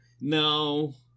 no